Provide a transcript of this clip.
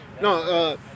No